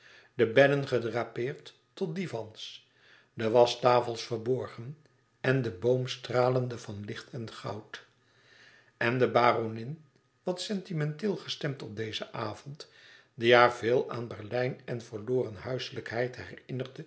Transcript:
de bedden gedrapeerd tot divans de waschtafels verborgen en de boom stralende van licht en goud en de baronin wat sentimenteel gestemd op dezen avond die haar veel aan berlijn en verloren huiselijkheid